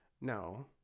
no